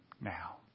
now